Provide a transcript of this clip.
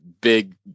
big